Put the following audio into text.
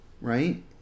right